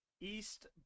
East